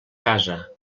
casa